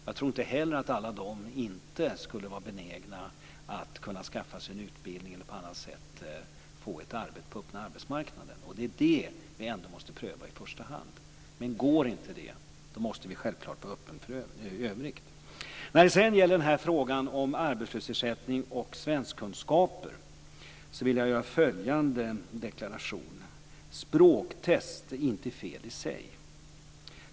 Jag tror inte heller att alla bland dem skulle vara obenägna att skaffa sig en utbildning eller på annat sätt försöka få ett arbete på den öppna arbetsmarknaden. Det är det vi ändå måste pröva i första hand. Går inte det så måste vi självklart vara öppna för övriga möjligheter. När det sedan gäller frågan om arbetslöshetsersättning och svenskkunskaper vill jag göra följande deklaration: Språktest är inte fel i sig.